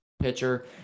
pitcher